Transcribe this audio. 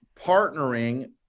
partnering